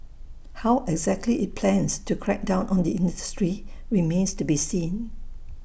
how exactly IT plans to crack down on the industry remains to be seen